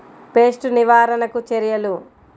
Pest నివారణకు చర్యలు?